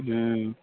ହୁଁ